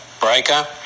Breaker